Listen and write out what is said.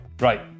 right